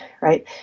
right